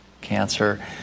cancer